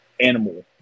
animal